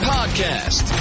Podcast